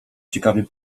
ciekawie